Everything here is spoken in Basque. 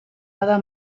bada